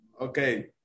Okay